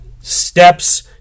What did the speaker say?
steps